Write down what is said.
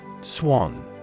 Swan